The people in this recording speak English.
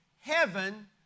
heaven